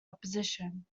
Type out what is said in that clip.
opposition